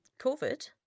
COVID